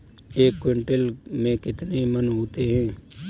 एक क्विंटल में कितने मन होते हैं?